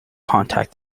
contact